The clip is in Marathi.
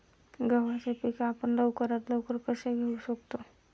गव्हाचे पीक आपण लवकरात लवकर कसे घेऊ शकतो?